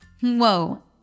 Whoa